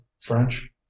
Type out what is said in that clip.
french